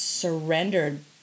surrendered